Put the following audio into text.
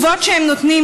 מתשובות שהם נותנים,